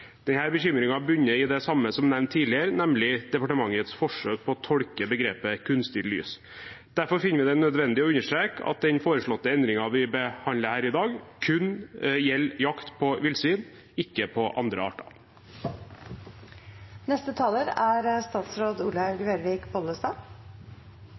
i det samme som nevnt tidligere, nemlig departementets forsøk på å tolke begrepet «kunstig lys». Derfor finner vi det nødvendig å understreke at den foreslåtte endringen vi behandler her i dag, kun gjelder jakt på villsvin, ikke på andre